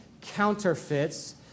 counterfeits